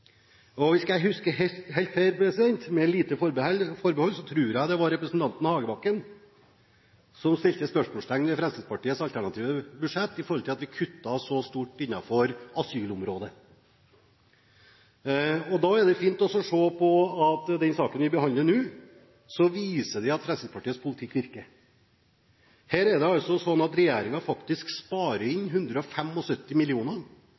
2012. Hvis jeg ikke husker helt feil – med et lite forbehold – var det representanten Hagebakken som satte spørsmålstegn ved Fremskrittspartiets alternative budsjett i forhold til at vi kuttet så mye innenfor asylområdet. Da er det fint å se at den saken vi behandler nå, viser at Fremskrittspartiets politikk virker. Her er det slik at regjeringen faktisk sparer